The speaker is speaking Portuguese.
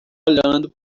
olhando